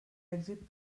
èxit